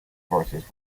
forces